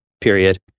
period